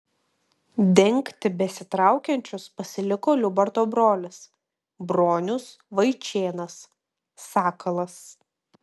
dengti besitraukiančius pasiliko liubarto brolis bronius vaičėnas sakalas